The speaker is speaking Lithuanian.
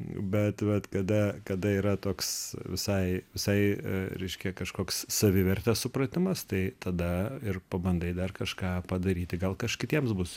bet vat kada kada yra toks visai visai reiškia kažkoks savivertės supratimas tai tada ir pabandai dar kažką padaryti gal kažk kitiems bus